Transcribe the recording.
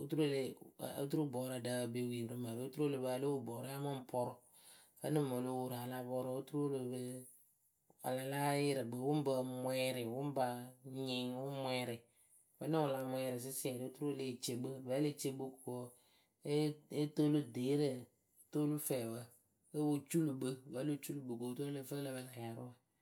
oturu e leh oturu bɔɔrǝ ɖǝh be wi rɨ mǝrɨwe, oturu a la pa a lóo wo bɔɔrɨwe a mɨŋ pɔrʊ. Vǝ́nɨŋ mɨŋ o lo wo rɨ a la pɔrʊ oturu a la láa yɩrɩ kpɨ, wʊ ŋ pǝ mwɛɛrɩ, wʊ ŋ pa nyɩŋ wʊ ŋ mwɛɛrɩ, vǝ́ŋɨŋ wɨ la mwɛɛrɩ sɨsiɛrɩ oturu e leh ce kpɨ. Vǝ́ǝ le ce kpɨ ko wɔɔ, toolu deerǝ, toolu fɛɛwǝ óo po culu kpɨ, vǝ́ǝ lo culu kpɨ ko oturu ǝ lǝ fɨ ǝ lǝ pǝ lä yarʊʊ.